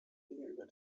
gegenüber